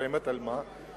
באמת על מה.